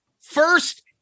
first